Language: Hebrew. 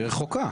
היא רחוקה.